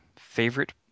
Favorite